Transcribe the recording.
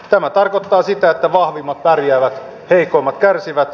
tämä tarkoittaa sitä että vahvimmat pärjäävät heikoimmat kärsivät